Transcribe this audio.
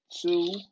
two